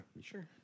Sure